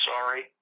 sorry